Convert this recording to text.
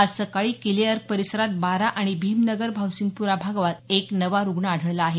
आज सकाळी किलेअर्क परिसरात बारा आणि भिमनगर भावसिंगप्रा भागात एक नवा रुग्ण आढळला आहे